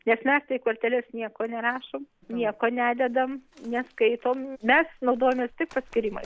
nes mes tai į korteles nieko nerašom nieko nededam neskaitom mes naudojamės tik paskyrimais